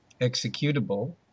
executable